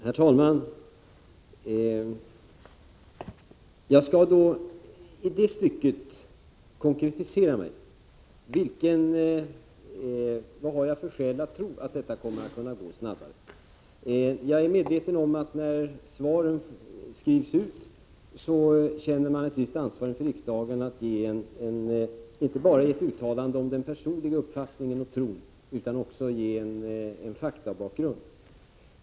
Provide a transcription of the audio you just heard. Herr talman! Jag skall konkretisera vilka skäl jag har att tro att utgivningen kommer att kunna ske snabbare. Jag är medveten om att när svaren skrivs ut känner man ett visst ansvar inför riksdagen att ge inte bara ett uttalande om den personliga uppfattningen och tron utan också en faktabakgrund.